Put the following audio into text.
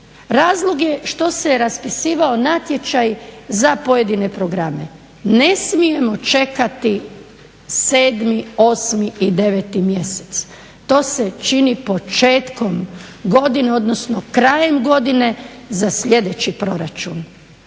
Razlog je što se je raspisivao natječaj za pojedine programe, ne smijemo čekati 7, 8 i 9 mjeseci, to se čini početkom godine, odnosno krajem godine za sljedeći proračun.